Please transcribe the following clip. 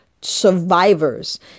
survivors